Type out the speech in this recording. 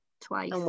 twice